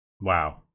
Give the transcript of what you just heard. Wow